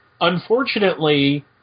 Unfortunately